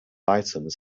items